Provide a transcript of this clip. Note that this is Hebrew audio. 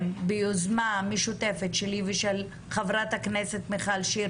ביוזמה משותפת שלי ושל חברת הכנסת מיכל שיר,